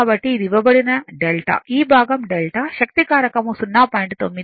కాబట్టి ఇది ఇవ్వబడిన 𝛅 ఈ భాగం 𝛅 శక్తి కారకం 0